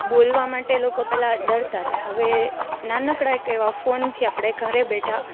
બોલવા માટે લોકો પહેલાં ડરતાં હતાં હવે નાનકડા એક એવા ફોનથી આપણે ઘેર બેઠાં